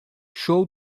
show